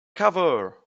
cover